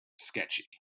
sketchy